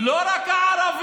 לא רק היהודים,